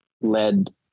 led